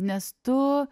nes tu